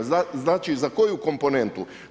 Znači, za koju komponentu?